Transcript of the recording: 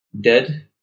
dead